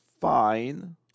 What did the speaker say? fine